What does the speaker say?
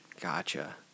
Gotcha